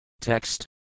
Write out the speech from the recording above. Text